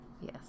Yes